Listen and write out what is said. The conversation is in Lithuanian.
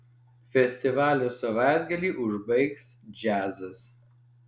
festivalio savaitgalį užbaigs džiazas